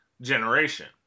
generation